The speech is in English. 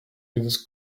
with